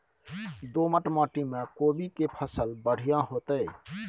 दोमट माटी में कोबी के फसल बढ़ीया होतय?